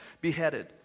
beheaded